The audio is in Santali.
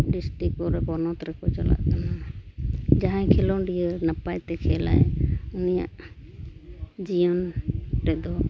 ᱰᱤᱥᱴᱤᱠ ᱠᱚᱨᱮ ᱯᱚᱱᱚᱛ ᱨᱮᱠᱚ ᱪᱟᱞᱟᱜ ᱠᱟᱱᱟ ᱡᱟᱦᱟᱸᱭ ᱠᱷᱮᱞᱳᱰᱤᱭᱟᱹ ᱱᱟᱯᱟᱭᱛᱮ ᱠᱷᱮᱞᱟᱭ ᱩᱱᱤᱭᱟᱜ ᱡᱤᱭᱚᱱ ᱨᱮᱫᱚ